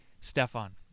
Stefan